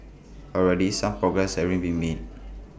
already some progress the ray been made